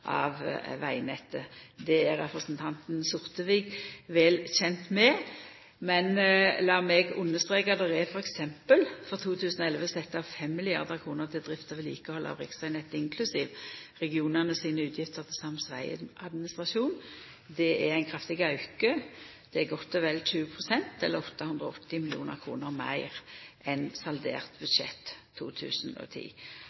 av vegnettet. Det er representanten Sortevik vel kjend med. Men lat meg streka under: For 2011 er det f.eks. sett av 5 mrd. kr til drift og vedlikehald av riksvegnettet, inklusiv regionane sine utgifter til sams vegadministrasjon. Det er ein kraftig auke. Det er godt og vel 20 pst., eller 880 mill. kr meir enn saldert